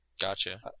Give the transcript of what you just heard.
Gotcha